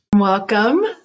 Welcome